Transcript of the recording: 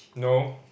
no